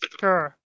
Sure